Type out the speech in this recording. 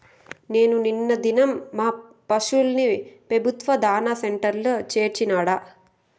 నేను నిన్న దినం మా పశుల్ని పెబుత్వ దాణా సెంటర్ల చేర్చినాడ